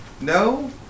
no